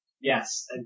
Yes